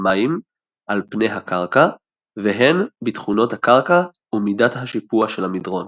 מים על פני הקרקע והן בתכונות הקרקע ומידת השיפוע של המדרון.